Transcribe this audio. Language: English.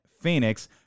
Phoenix